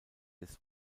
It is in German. des